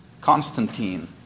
Constantine